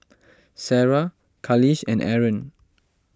Sarah Khalish and Aaron